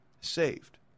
saved